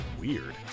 weird